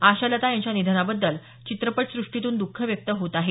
आशालता यांच्या निधनाबद्दल चित्रपट सृष्टीतून द्ख व्यक्त होत आहे